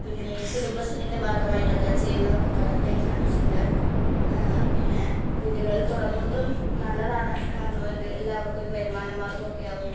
പിന്നെ ഈ കുടുമ്പശ്രീന്റെ ഭാഗമായിട്ടൊക്കെ ചെയ്യുന്നതൊക്കെ പലരുടേയും കണ്ടിട്ടുണ്ട് പിന്നെ വീടുകളില് തുടങ്ങുന്നതും നല്ലതാണ് കാരണമൊരു എല്ലാവര്ക്കുമൊരു വരുമാന മാര്ഗമൊക്കെയാവും